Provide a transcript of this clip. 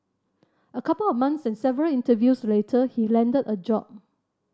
a couple of months and several interviews later he landed a job